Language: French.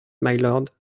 mylord